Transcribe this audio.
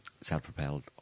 self-propelled